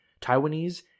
Taiwanese